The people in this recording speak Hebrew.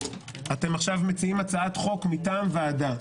אתם מציעים הצעת חוק מטעם ועדה.